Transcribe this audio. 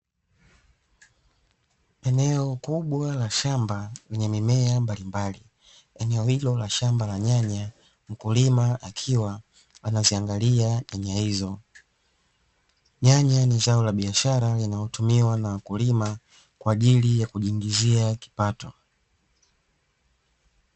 Eneo kubwa la shamba lenye mimea mbalimbali, eneo hilo la shamba la nyanya mkulima akiwa anaziangalia nyanya hizo, nyanya ni zao la biashara linalotumiwa na wakulima, kwa ajili ya kujiingizia kipato.